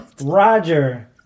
Roger